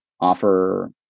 offer